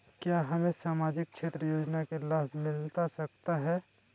क्या हमें सामाजिक क्षेत्र योजना के लाभ मिलता सकता है?